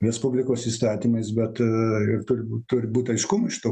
respublikos įstatymais bet ir turi būt turi būt aiškumai šituo